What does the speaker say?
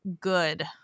good